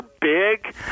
big